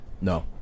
No